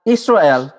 Israel